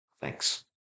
Thanks